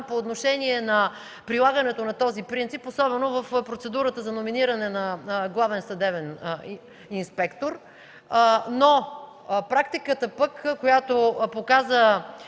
по отношение на прилагането на този принцип, особено в процедурата за номиниране на главен съдебен инспектор, но практиката пък, която показа